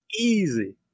Easy